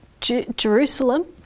Jerusalem